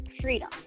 freedom